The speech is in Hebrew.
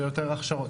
שיהיה יותר הכשרות.